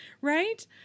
right